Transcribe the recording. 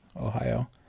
Ohio